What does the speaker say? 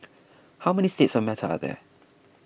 how many states of matter are there